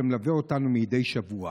שמלווה אותנו מדי שבוע.